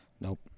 Nope